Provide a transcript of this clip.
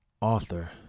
author